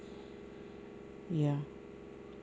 ya